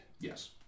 Yes